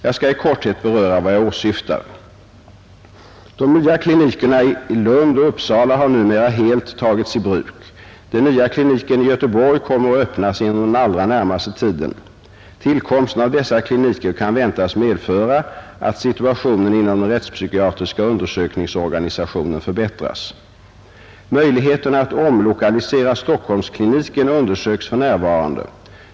Jag skall i korthet beröra vad jag åsyftar. De nya klinikerna i Lund och Uppsala har numera helt tagits i bruk. Den nya kliniken i Göteborg kommer att öppnas inom den allra närmaste tiden. Tillkomsten av dessa kliniker kan väntas medföra att situationen inom den rättspsykiatriska undersökningsorganisationen förbättras. Möjligheterna att omlokalisera Stockholmskliniken undersöks för närvarande.